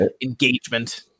engagement